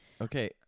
Okay